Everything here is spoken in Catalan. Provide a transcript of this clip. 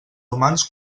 humans